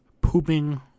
Pooping